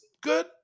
good